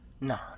No